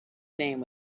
name